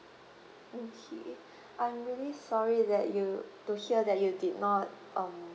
okay I'm really sorry that you to hear that you did not um